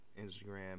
Instagram